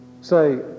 say